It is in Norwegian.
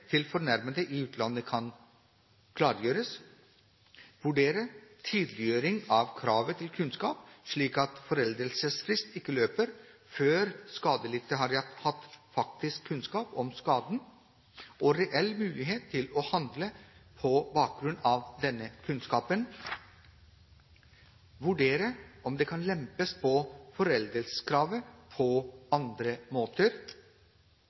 til fornærmede i utlandet kan klargjøres, vurdere tydeliggjøring av kravet til kunnskap – slik at foreldelsesfrist ikke løper før skadelidte har fått faktisk kunnskap om skaden og reell mulighet til å handle på bakgrunn av denne kunnskapen – vurdere om det kan lempes på foreldelseskravet på andre måter,